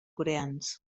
coreans